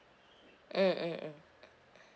mm mm mm